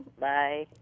Bye